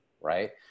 right